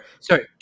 sorry